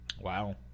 wow